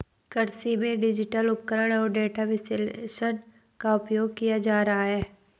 कृषि में डिजिटल उपकरण और डेटा विश्लेषण का उपयोग किया जा रहा है